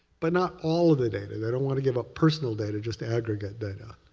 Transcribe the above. but not all of the data. they don't want to give up personal data, just aggregate data,